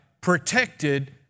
protected